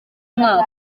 mwaka